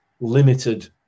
limited